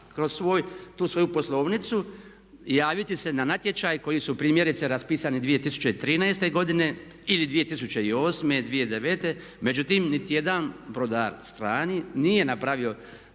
kroz tu svoju poslovnicu javiti se na natječaje koji su primjerice raspisani 2013. godine ili 2008., 2009. Međutim, niti jedan brodar strani nije napravio